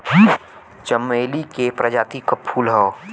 चमेली के प्रजाति क फूल हौ